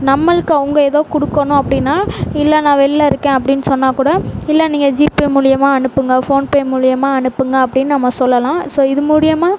நம்மளுக்கு அவங்க ஏதோ கொடுக்கணும் அப்படின்னா இல்லை நான் வெளில இருக்கேன் அப்படின்னு சொன்னால் கூட இல்லை நீங்கள் ஜீபே மூலயமா அனுப்புங்க ஃபோன்பே மூலயமா அனுப்புங்க அப்படின்னு நம்ம சொல்லலாம் ஸோ இது மூலயமா